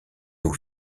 aux